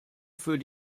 für